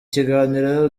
kiganiro